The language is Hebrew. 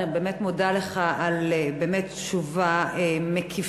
אני באמת מודה לך על התשובה המקיפה,